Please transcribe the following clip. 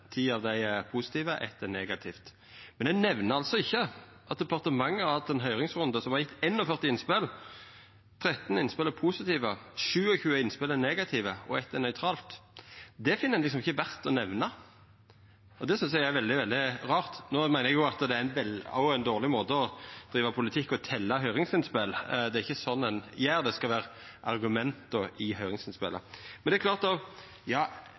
Ti av dei er positive, og eitt er negativt. Men ein nemner altså ikkje at departementet har hatt ein høyringsrunde som har gjeve 41 innspel. 13 innspel er positive, 27 innspel er negative, og eitt er nøytralt. Det finn ein ikkje verdt å nemna, og det synest eg er veldig, veldig rart. No meiner eg jo òg at å telja høyringsinnspel er ein dårleg måte å driva politikk på. Det er ikkje sånn ein gjer det, det skal vera argumenta i høyringsinnspela som gjeld. Det er klart